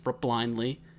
blindly